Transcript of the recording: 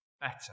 better